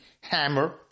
hammer